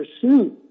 pursue